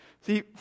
See